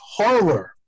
Harler